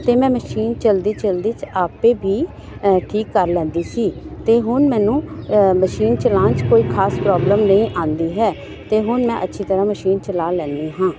ਅਤੇ ਮੈਂ ਮਸ਼ੀਨ ਚਲਦੀ ਚਲਦੀ 'ਚ ਆਪੇ ਵੀ ਠੀਕ ਕਰ ਲੈਂਦੀ ਸੀ ਅਤੇ ਹੁਣ ਮੈਨੂੰ ਮਸ਼ੀਨ ਚਲਾਉਣ 'ਚ ਕੋਈ ਖਾਸ ਪ੍ਰੋਬਲਮ ਨਹੀਂ ਆਉਂਦੀ ਹੈ ਅਤੇ ਹੁਣ ਮੈਂ ਅੱਛੀ ਤਰ੍ਹਾਂ ਮਸ਼ੀਨ ਚਲਾ ਲੈਂਦੀ ਹਾਂ